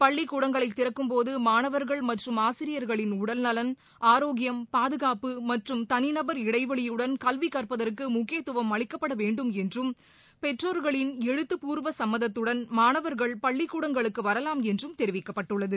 பள்ளிக்கூடங்களை திறக்கும் போது மாணவர்கள் மற்றும் ஆசிரியர்களின் உடல் நலன் ஆரோக்கியம் பாதுகாப்பு மற்றும் தனிநபர் இடைவெளியுடன் கல்வி கற்பதற்கும் முக்கியத்துவம் அளிக்கப்பட வேண்டும் என்றும் பெற்றோர்களின் எழுத்துப்பூர்வ சும்மதத்துடன் மாணவர்கள் பள்ளிக்கூடங்களுக்கு வரலாம் என்றும் தெரிவிக்கப்பட்டுள்ளது